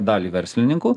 dalį verslininkų